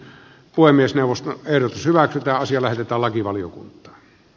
puhemiesneuvosto ero syvä ja siellä sitä lakivaliokunta